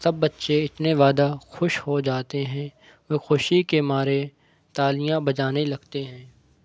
سب بچے اتنے زیادہ خوش ہو جاتے ہیں وہ خوشی کے مارے تالیاں بجانے لگتے ہیں